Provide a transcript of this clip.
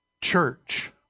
Church